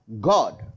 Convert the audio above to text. God